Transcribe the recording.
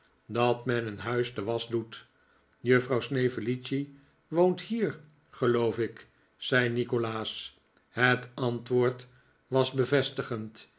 dat men in huis de wasch doet juffrouw snevellicci woont hier geloof ik zei nikolaas het antwoord was bevestigend